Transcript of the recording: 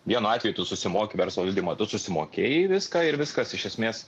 vienu atveju tu susimoki verslo liudijimą tu susimokėjai viską ir viskas iš esmės